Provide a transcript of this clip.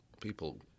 people